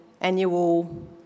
annual